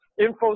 Info